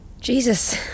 Jesus